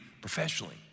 professionally